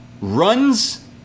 runs